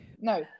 no